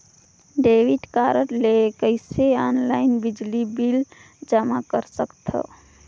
Debit card ले कइसे online बिजली बिल जमा कर सकथव?